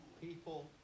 People